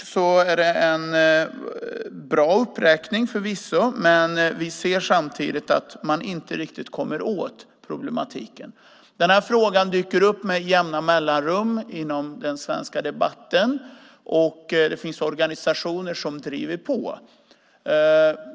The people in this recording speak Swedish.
Det är förvisso en uppräkning på bra saker, men vi ser samtidigt att man inte riktigt kommer åt problemen. Den här frågan dyker upp med jämna mellanrum i den svenska debatten. Det finns organisationer som driver på.